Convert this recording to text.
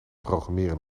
programmeren